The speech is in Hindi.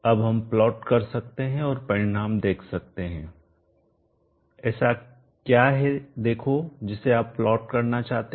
अब हम प्लॉट कर सकते हैं और परिणाम देख सकते हैं ऐसा क्या है देखो जिसे आप प्लॉट करना चाहते हैं